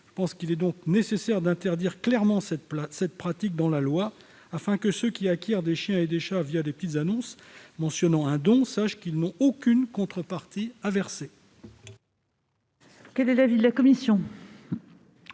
Il est donc nécessaire d'interdire clairement cette pratique dans la loi afin que ceux qui acquièrent des chiens et des chats des petites annonces mentionnant un don sachent qu'ils n'ont aucune contrepartie à verser. Quel est l'avis de la commission ?